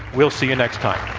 we'll see you next time.